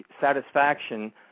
satisfaction